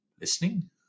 listening